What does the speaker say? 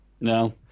No